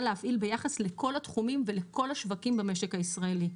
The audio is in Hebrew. להפעיל ביחס לכל התחומים ולכל השווקים במשק הישראלי.